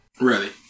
Ready